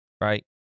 Right